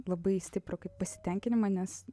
labai stiprų pasitenkinimą nes